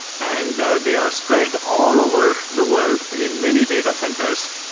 and ah they are spread all over the world in many data centers.